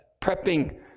prepping